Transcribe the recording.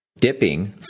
Dipping